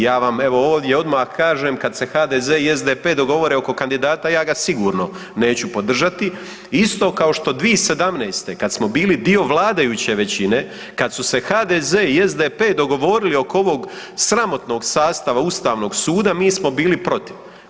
Ja vam evo ovdje odmah kažem kad se HDZ i SDP dogovore oko kandidata ja ga sigurno neću podržati isto kao što 2017. kad smo bili dio vladajuće većine, kad su se HDZ i SDP dogovorili oko ovog sramotnog sastava ustavnog suda mi smo bili protiv.